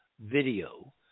video